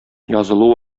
язылу